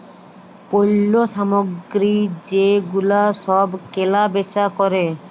পল্য সামগ্রী যে গুলা সব কেলা বেচা ক্যরে